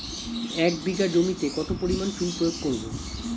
এক বিঘা জমিতে কত পরিমাণ চুন প্রয়োগ করব?